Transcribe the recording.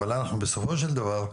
אבל אנחנו בסופו של דבר,